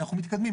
אנחנו מתקדמים.